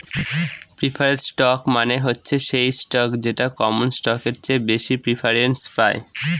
preferred stock মানে হচ্ছে সেই স্টক যেটা কমন স্টকের চেয়ে বেশি প্রিফারেন্স পায়